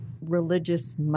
religious